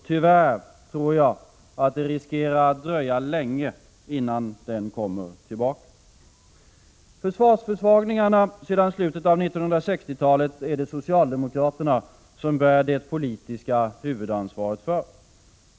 Tyvärr tror jag att det riskerar att dröja länge innan den kommer tillbaka. Försvarsförsvagningen sedan slutet av 1960-talet bär socialdemokraterna det politiska huvudansvaret för.